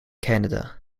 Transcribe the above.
canada